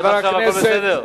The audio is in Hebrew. עד עכשיו הכול בסדר?